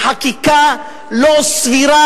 בחקיקה לא סבירה,